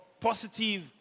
positive